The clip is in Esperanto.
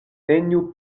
neniu